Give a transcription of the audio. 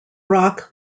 rock